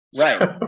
Right